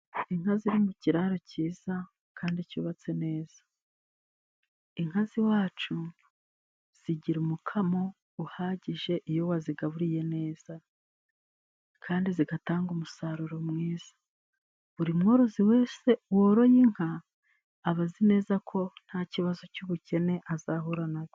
Inka ziri mu kiraro cyiza kandi cyubatse neza. Inka z'iwacu zigira umukamo uhagije iyo wazigaburiye neza, kandi zigatanga umusaruro mwiza. Buri mworozi wese woroye inka, aba azi neza ko nta kibazo cy'ubukene azahura nacyo .